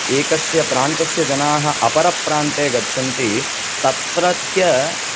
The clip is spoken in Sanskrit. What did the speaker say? एकस्य प्रान्तस्य जनाः अपरप्रान्ते गच्छन्ति तत्रत्य